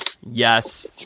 yes